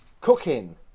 cooking